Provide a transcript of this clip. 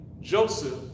Joseph